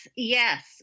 Yes